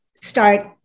start